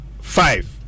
five